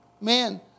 Man